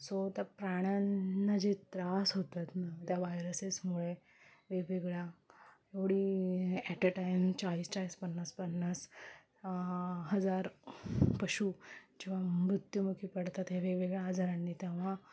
so त्या प्राण्यांना जे त्रास होतात ना त्या व्हायरसेसमुळे वेगवेगळ्या एवढी ॲट अ टाईम चाळीस चाळीस पन्नास पन्नास हजार पशु जेव्हा मृत्युमुखी पडतात हे वेगवेगळ्या आजारांनी तेव्हा